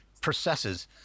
processes